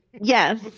Yes